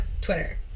Twitter